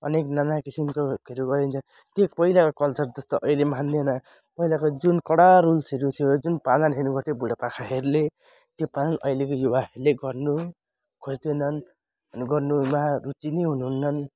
अनेक नाना किसिमकोहरू गरिन्छ त्यो पहिलाको कल्चर जस्तो अहिले मान्दैन पहिलाको जुन कडा रुल्सहरू थियो जुन पालनहरू गर्थ्यो बुढापाकाहरूले त्यो पालन अहिलेको युवाहरूले गर्नु खोज्दैनन् अनि गर्नुमा रुचि नै हुनुहुन्न